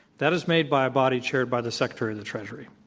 that is made by a body chaired by the secretary of the treasury.